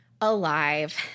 alive